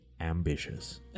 ambitious